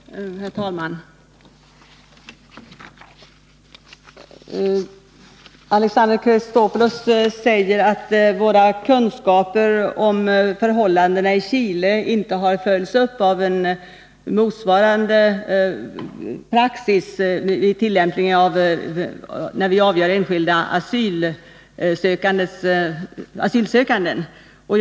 Herr talman! Alexander Chrisopoulos säger att våra kunskaper om förhållandena i Chile inte har följts upp av en motsvarande praxis vid behandlingen av asylansökningar.